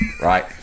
Right